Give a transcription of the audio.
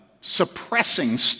Suppressing